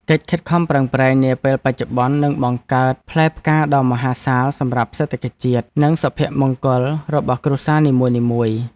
កិច្ចខិតខំប្រឹងប្រែងនាពេលបច្ចុប្បន្ននឹងបង្កើតផ្លែផ្កាដ៏មហាសាលសម្រាប់សេដ្ឋកិច្ចជាតិ និងសុភមង្គលរបស់គ្រួសារនីមួយៗ។